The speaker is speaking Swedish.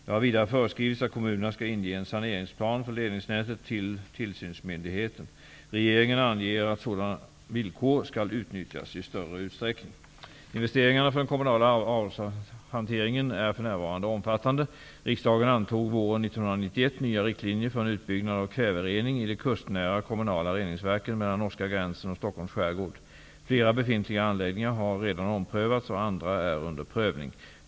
Det har vidare föreskrivits att kommunerna skall inge en saneringsplan för ledningsnätet till tillsynsmyndigheten. Regeringen anser att sådana villkor skall utnyttjas i större utsträckning. Investeringar för den kommunala avloppshanteringen är för närvarande omfattande. Riksdagen antog våren 1991 nya riktlinjer för en utbyggnad av kväverening i de kustnära kommunala reningsverken mellan norska gränsen och Stockholms skärgård. Flera befintliga anläggningar har redan omprövats och andra är under prövning.